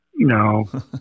No